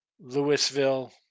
Louisville